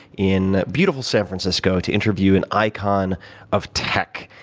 in beautiful san francisco, to interview and icon of tech.